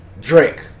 Drake